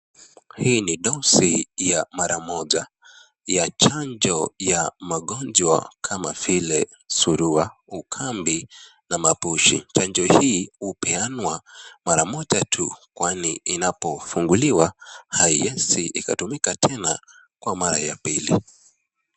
Hii ni dosi ya mara mmoja, ya chanjo ya magonjwa kama vile Surua, Ukambi na Mapushi. Chanjo hii upeanwa mara mmoja tu, kwani inapofunguliwa haiwezi ikatumika tena kwa mara ya pili.